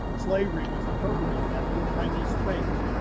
slavery was interpreted in that little tiny space,